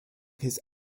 his